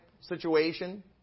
situation